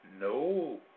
no